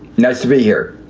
nice to be here.